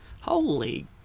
Holy